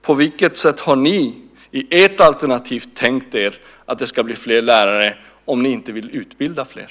På vilket sätt har ni i ert alternativ tänkt er att det ska bli fler lärare om ni inte vill utbilda fler?